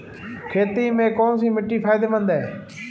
खेती में कौनसी मिट्टी फायदेमंद है?